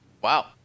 wow